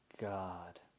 god